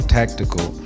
tactical